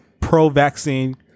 pro-vaccine